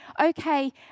okay